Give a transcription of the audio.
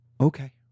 okay